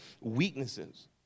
weaknesses